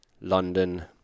London